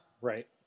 Right